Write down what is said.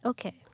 Okay